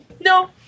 No